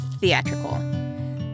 theatrical